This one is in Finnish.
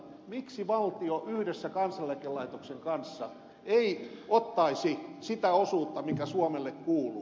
miksi valtio yhdessä kansaneläkelaitoksen kanssa ei ottaisi sitä osuutta mikä suomelle kuuluu